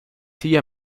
sigue